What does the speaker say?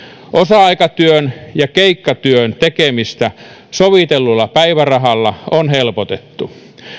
osa aikatyön ja keikkatyön tekemistä sovitellulla päivärahalla on helpotettu